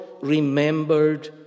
remembered